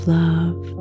love